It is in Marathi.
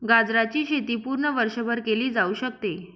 गाजराची शेती पूर्ण वर्षभर केली जाऊ शकते